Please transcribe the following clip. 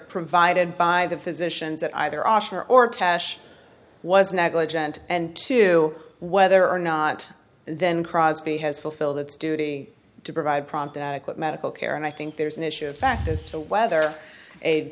provided by the physicians that either offer or tash was negligent and to whether or not then crosby has fulfilled its duty to provide prompt and equip medical care and i think there's an issue of fact as to whether a